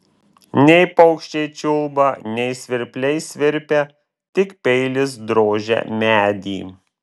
nei paukščiai čiulba nei svirpliai svirpia tik peilis drožia medį